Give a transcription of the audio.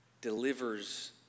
delivers